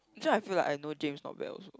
so I feel like I know James not bad also